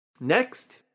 Next